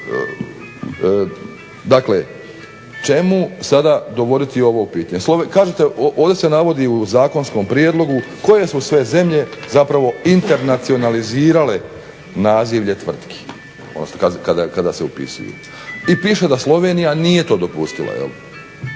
dakle čemu sada dovodi ovo pitanje. Ovdje se navodi u zakonskom prijedlogu koje su sve zemlje zapravo internacionalizirale nazivlje tvrtki kada se upisuju. I piše da Slovenija to nije dopustila. I